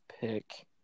pick